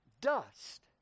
dust